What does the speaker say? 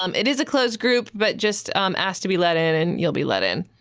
um it is a closed group but just ask to be let in and you'll be let in.